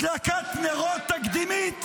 הדלקת נרות תקדימית.